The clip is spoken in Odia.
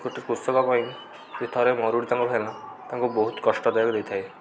ଗୋଟେ କୃଷକ ପାଇଁ ଯଦି ଥରେ ମରୁଡ଼ି ତାଙ୍କର ହେଲା ତାଙ୍କୁ ବହୁତ କଷ୍ଟଦାୟକ ଦେଇଥାଏ